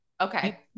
okay